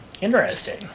Interesting